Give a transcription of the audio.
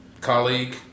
colleague